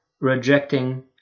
rejecting